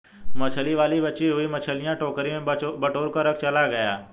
मछली वाला बची हुई मछलियां टोकरी में बटोरकर चला गया